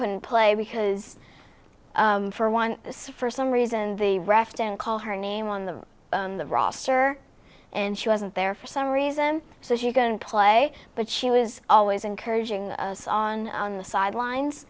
couldn't play because for one for some reason the refs don't call her name on the on the roster and she wasn't there for some reason so she got in play but she was always encouraging us on the sidelines